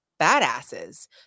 badasses